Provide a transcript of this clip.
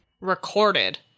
recorded